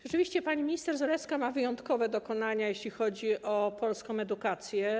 Rzeczywiście pani minister Zalewska ma wyjątkowe dokonania, jeśli chodzi o polską edukację.